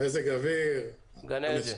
מזג אוויר -- גן עדן...